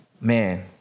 Man